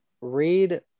read